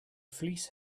fleece